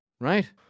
right